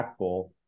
impactful